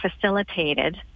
facilitated